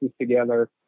together